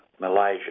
Malaysia